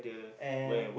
and